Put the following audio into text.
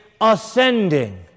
ascending